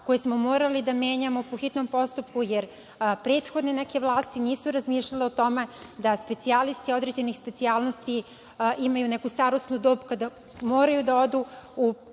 koje smo morali da menjamo po hitnom postupku, jer prethodne neke vlasti nisu razmišljale o tome daspecijalisti određenih specijalnosti imaju neku starosnu dob kada moraju u